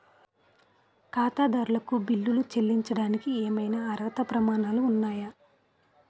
ఖాతాదారులకు బిల్లులు చెల్లించడానికి ఏవైనా అర్హత ప్రమాణాలు ఉన్నాయా?